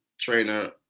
trainer